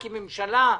להקים ממשלה,